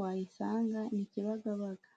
wayisanga ni i Kibagabaga.